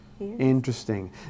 Interesting